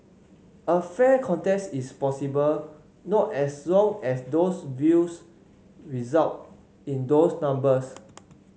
a fair contest is impossible not as long as those views result in those numbers